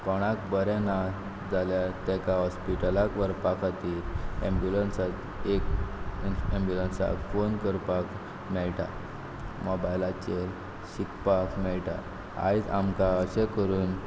कोणाक बरें नाजाल्यार तेका हॉस्पिटलाक व्हरपा खातीर एम्बुलंसाची एक एम्बुलंसा फोन करपाक मेळटा मोबायलाचेर शिकपाक मेळटा आयज आमकां अशें करून